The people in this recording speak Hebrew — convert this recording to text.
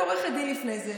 כעורכת דין לפני זה,